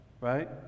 right